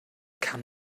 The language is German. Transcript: kann